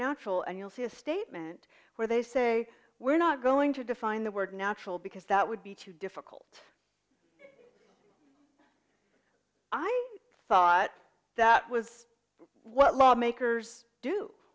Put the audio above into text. natural and you'll see a statement where they say we're not going to define the word natural because that would be too difficult i thought that was what law makers do